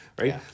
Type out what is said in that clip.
right